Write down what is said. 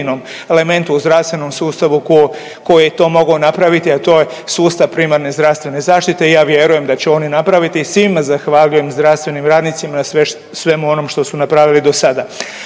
elementu u zdravstvenom sustavu koji je to mogao napraviti, a to je sustav primarne zdravstvene zaštite i ja vjerujem da će oni napraviti i svima zahvaljujem zdravstvenim radnicima svemu onom što su napravili do sada.